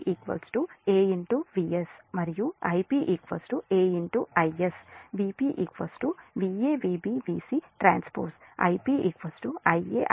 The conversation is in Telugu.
Vp Va Vb Vc T Ip Ia Ib Ic T మరియు ఇది మీ Zabc మ్యాట్రిక్స్